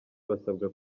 basabwa